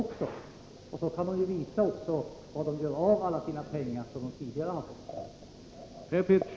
Försvaret kan ju också visa var man gör av alla de pengar som försvaret tidigare har fått.